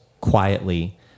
quietly